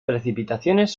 precipitaciones